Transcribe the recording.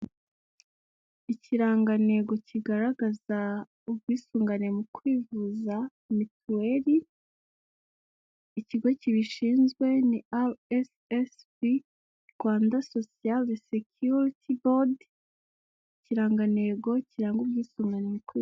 Ikirangantego kigaragaza ubwisungane mu kwivuza mituweri, ikigo kibishinzwe ni RSSB Rwanda Sosho Sekiriti Bodi, ikirangantego kiranga ubwisungane mu kwivuza.